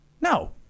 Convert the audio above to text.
No